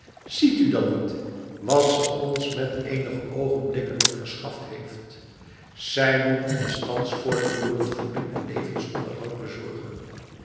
ziet u dan niet wat ze ons voor eenige oogenblikken nog verschaft heeft zij moet ons thans voortdurend voeding en levensonderhoud bezorgen